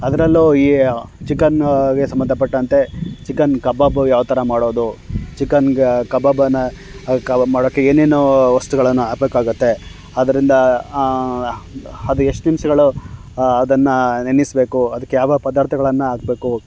ಅದರಲ್ಲೂ ಈ ಚಿಕನ್ನಿಗೆ ಸಂಬಂಧಪಟ್ಟಂತೆ ಚಿಕನ್ ಕಬಾಬ್ ಯಾವ ಥರ ಮಾಡೋದು ಚಿಕನ್ನಿಗೆ ಕಬಾಬನ್ನು ಅದು ಕಬಾಬ್ ಮಾಡೋಕೆ ಏನೇನು ವಸ್ತುಗಳನ್ನು ಹಾಕ್ಬೇಕಾಗುತ್ತೆ ಅದರಿಂದ ಅದು ಎಷ್ಟು ನಿನಿಷಗಳು ಅದನ್ನು ನೆನಸ್ಬೇಕು ಅದಕ್ಕೆ ಯಾವ್ಯಾವ ಪದಾರ್ಥಗಳನ್ನು ಹಾಕ್ಬೇಕು